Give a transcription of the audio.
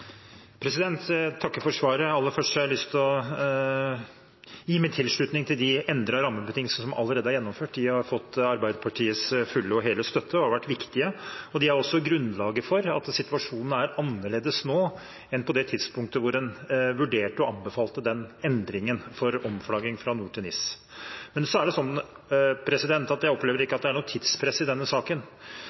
Jeg takker for svaret. Aller først har jeg lyst til å gi min tilslutning til de endrede rammebetingelsene som allerede er gjennomført. De har fått Arbeiderpartiets fulle og hele støtte og har vært viktige. De er også grunnlaget for at situasjonen er annerledes nå enn på det tidspunktet da en vurderte og anbefalte endringen for omflagging fra NOR, Norsk Ordinært Skipsregister, til NIS, Norsk Internasjonalt Skipsregister. Men jeg opplever ikke at det er noe tidspress i denne saken.